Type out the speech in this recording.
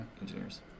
engineers